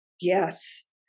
yes